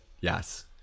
yes